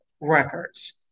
records